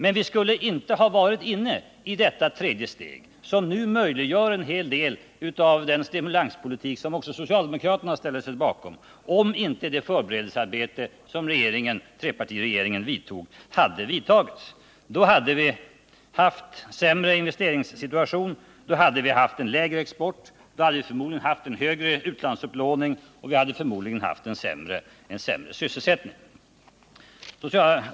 Men vi skulle inte ha varit inne i detta tredje steg, som nu möjliggör en hel del av den stimulanspolitik som också socialdemokraterna ställer sig bakom, om inte trepartiregeringen genom sina åtgärder lagt grunden för det. Då hade vi haft en sämre investeringssituation. Då hade vi haft lägre export. Då hade vi förmodligen haft en högre utlandsupplåning och en sämre sysselsättning.